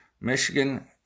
Michigan